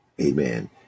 Amen